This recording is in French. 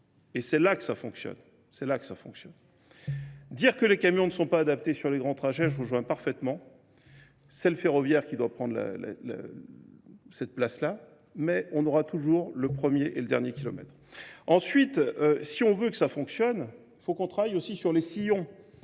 C'est là que ça fonctionne. dire que les camions ne sont pas adaptés sur les grands trajets, je rejoins parfaitement, c'est le ferroviaire qui doit prendre cette place-là, mais on aura toujours le premier et le dernier kilomètre. Ensuite, si on veut que ça fonctionne, il faut qu'on travaille aussi sur les sillons,